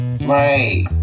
Right